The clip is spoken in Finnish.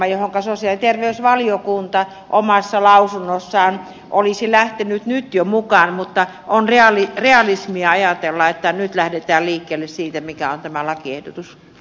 tähän sosiaali ja terveysvaliokunta omassa lausunnossaan olisi lähtenyt nyt jo mukaan mutta on realismia ajatella että nyt lähdetään liikkeelle siitä mikä on tämä lakiehdotus